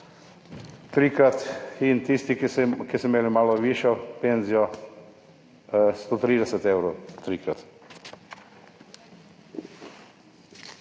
trikrat in tisti, ki so imeli malo višjo penzijo 130 evrov trikrat.